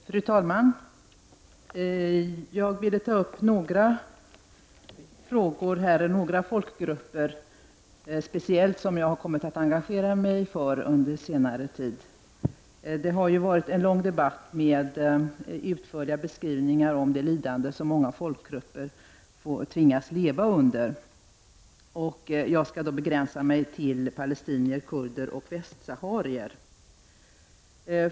Fru talman! Jag vill ta upp några frågor och några folkgrupper som jag har kommit att engagera mig speciellt för under senare tid. Det har ju varit en lång debatt med utförliga beskrivningar av det lidande som många folkgrup per tvingas leva under. Jag skall begränsa mig till palestinier, kurder och västsaharier.